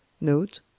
note